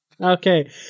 Okay